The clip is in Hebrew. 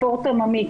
ספורט עממי.